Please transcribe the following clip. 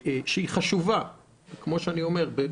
שכמו שאמרתי,